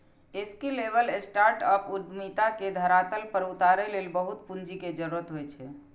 scalable startup उद्यमिता के धरातल पर उतारै लेल बहुत पूंजी के जरूरत होइ छै